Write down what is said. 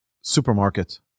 supermarket